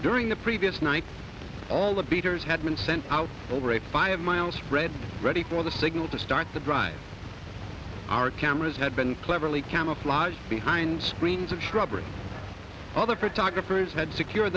during the previous night all the beaters had been sent out over a five mile spread ready for the signal to start the drive our cameras had been cleverly camouflaged behind screens of shrubbery other talkers had secure